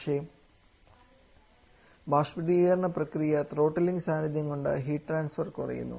പക്ഷേ ബാഷ്പീകരണ പ്രക്രിയ ത്രോട്ട്ലിങ് സാന്നിധ്യംകൊണ്ട് ഹീറ്റ് ട്രാൻസ്ഫർ കുറയുന്നു